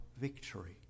victory